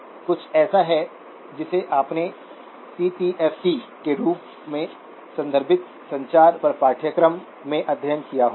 यह कुछ ऐसा है जिसे आपने सी टी ऍफ़ टी के रूप में संदर्भित संचार पर पाठ्यक्रम में अध्ययन किया होगा